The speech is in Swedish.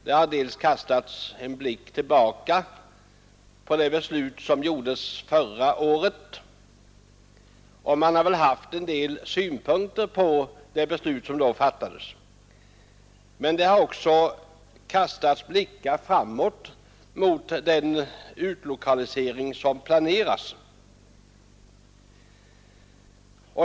Dels har man blickat tillbaka på förra årets beslut och anfört en del synpunkter på det, dels har man sett framåt mot den utlokalisering som planeras.